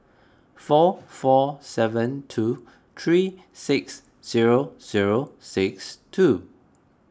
four four seven two three six zero zero six two